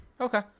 Okay